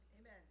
Amen